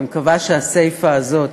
אני מקווה שהסיפה הזאת